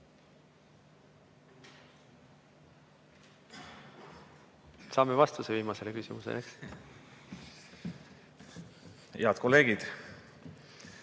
Saame vastuse viimasele küsimusele. Head kolleegid!